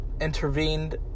intervened